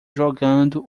jogando